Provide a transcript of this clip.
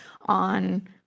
on